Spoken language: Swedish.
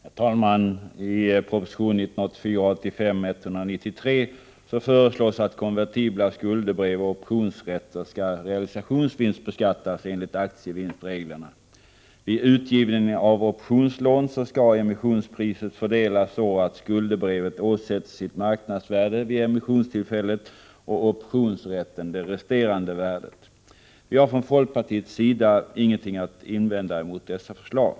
Herr talman! I proposition 1984/85:193 föreslås att konvertibla skuldebrev och optionslån skall reavinstbeskattas enligt aktievinstreglerna. Vid utgivningen av optionslån skall emissionspriset fördelas så att skuldebrevet åsätts sitt marknadsvärde vid emissionstillfället och optionsrätten det resterande värdet. Vi har från folkpartiets sida ingenting att invända emot dessa förslag.